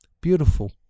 Beautiful